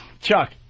Chuck